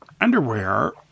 underwear